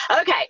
Okay